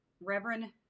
Reverend